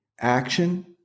action